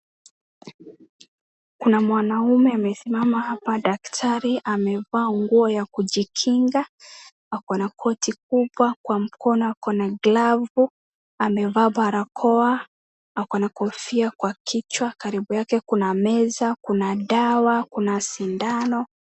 Kuna mwanaume amesimama hapa, daktari amevaa nguo ya kujikinga, akona koti kubwa kwa mkono akona glavu amevaa barakoa, akona kofia kwa kichwa karibu yake kuna meza, kuna dawa, kuna sindano.